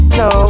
no